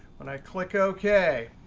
when i click ok,